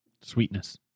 sweetness